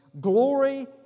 glory